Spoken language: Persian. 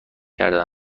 کرده